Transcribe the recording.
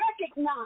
recognize